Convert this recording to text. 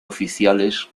oficiales